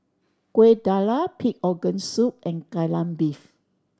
Kueh Dadar pig organ soup and Kai Lan Beef